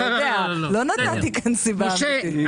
לא נתתי כאן סיבה אמיתית.